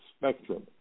spectrum